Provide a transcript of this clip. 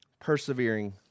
persevering